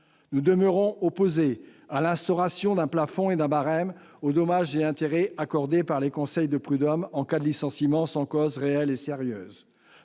Nous demeurons opposés à l'instauration d'un plafond et d'un barème aux dommages-intérêts accordés par les conseils de prud'hommes en cas de licenciement sans cause réelle et sérieuse.